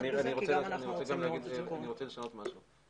אני רוצה לשנות משהו.